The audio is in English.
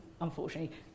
unfortunately